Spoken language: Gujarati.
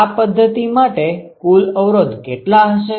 આ પદ્ધતિ માટે કુલ અવરોધ કેટલા હશે